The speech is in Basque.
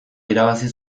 irabazi